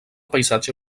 paisatge